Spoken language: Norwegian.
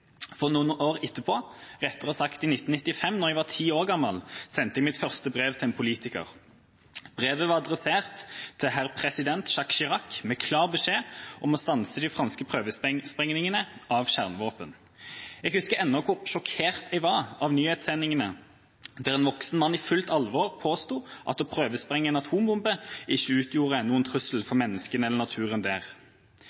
For noen år etterpå – rettere sagt i 1995, da jeg var ti år gammel – sendte jeg mitt første brev til en politiker. Brevet var adressert til «herr president» Jacques Chirac med klar beskjed om å stanse de franske prøvesprengningene av kjernevåpen. Jeg husker enda hvor sjokkert jeg var over nyhetssendingene der en voksen mann i fullt alvor påsto at å prøvesprenge en atombombe ikke utgjorde noen trussel